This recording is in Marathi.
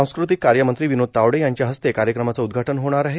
सांस्कृतिक कार्यमंत्री विनोद तावडे यांच्या हस्ते कार्यक्रमाचं उद्घाटन होणार आहे